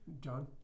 John